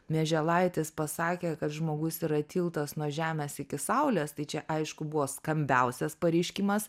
mieželaitis pasakė kad žmogus yra tiltas nuo žemės iki saulės tai čia aišku buvo skambiausias pareiškimas